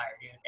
dude